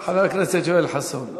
חבר הכנסת יואל חסון.